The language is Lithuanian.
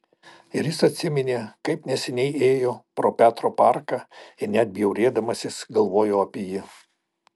ir jis atsiminė kaip neseniai ėjo pro petro parką ir net bjaurėdamasis galvojo apie jį